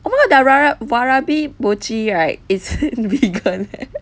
oh my god dara~ warabi mochi right is vegan eh